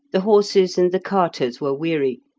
the horses and the carters were weary,